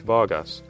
Vargas